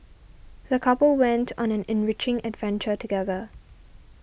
the couple went on an enriching adventure together